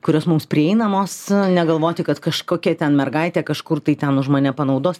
kurios mums prieinamos negalvoti kad kažkokia ten mergaitė kažkur tai ten už mane panaudos